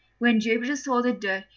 when jupiter saw the dirt,